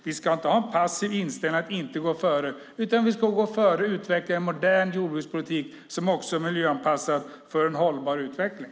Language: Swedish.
Vi ska inte ha en passiv inställning att inte gå före, utan vi ska gå före och utveckla en modern jordbrukspolitik som också är miljöanpassad för en hållbar utveckling.